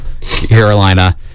Carolina